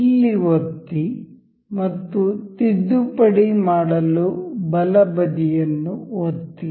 ಇಲ್ಲಿ ಒತ್ತಿ ಮತ್ತು ತಿದ್ದುಪಡಿ ಮಾಡಲು ಬಲಬದಿಯನ್ನು ಒತ್ತಿ